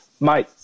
mate